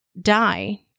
die